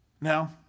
Now